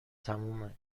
تمومه